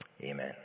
amen